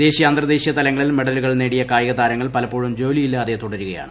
ദേശീയ അന്തർദ്ദേശീയ തലങ്ങളിൽ മെഡലുകൾ നേടിയ കായികതാരങ്ങൾ പലപ്പോഴും ജോലിയില്ലാതെ തുടരുകയാണ്